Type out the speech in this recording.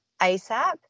ASAP